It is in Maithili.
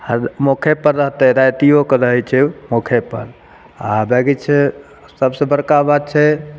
हरदम मोखेपर रहतै रातियोकऽ रहै छै मोखेपर आ डौगी छै सबसे बड़का बात छै